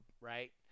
right